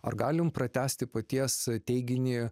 ar galim pratęsti paties teiginį